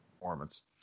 performance